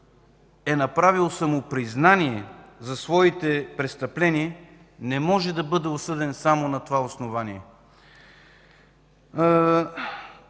е направил самопризнания за своите престъпления, не може да бъде осъден само на това основание.